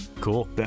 Cool